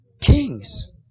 kings